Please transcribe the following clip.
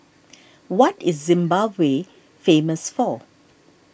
what is Zimbabwe famous for